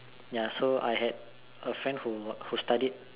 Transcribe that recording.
ya so I had a friend who who studied